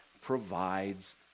provides